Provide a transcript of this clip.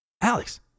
Alex